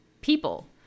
people